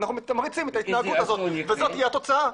אנחנו מתמרצים את ההתנהגות הזאת וזאת תהיה התוצאה.